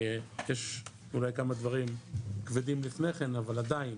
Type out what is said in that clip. יש אולי כמה דברים כבדים לפני כן אבל עדיין